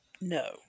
No